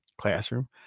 classroom